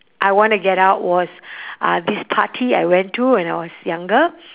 I wanna get out was uh this party I went to when I was younger